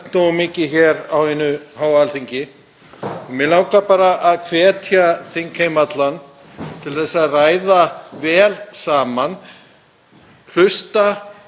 hlusta á faglegar athugasemdir og málefnalegar við þau mál sem verið er að vinna og